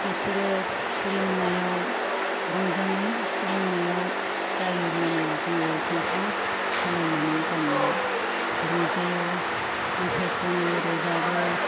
बिसोरो सोलोंनायाव रंजानाय सोलोंनायाव जायोब्लानो जोंबो फांसन खालायनानै गामियाव रंजायो मेथाइ ख'नो रोजाबो